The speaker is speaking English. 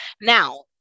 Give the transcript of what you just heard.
Now